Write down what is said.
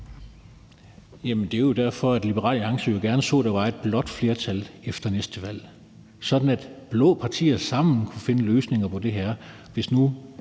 Jamen det er jo derfor, Liberal Alliance gerne så, at der var et blåt flertal efter næste valg, sådan at blå partier sammen kunne finde løsninger på det her. Hvis nu